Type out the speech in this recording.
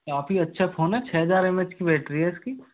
काफ़ी अच्छा फोन है छः हज़ार एम एच की बैटरी है इसकी